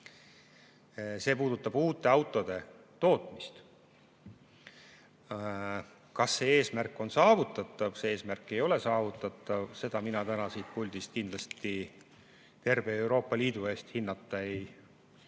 See puudutab uute autode tootmist. Kas see eesmärk on saavutatav, kas see eesmärk ei ole saavutatav, seda mina täna siit puldist kindlasti terve Euroopa Liidu eest hinnata ei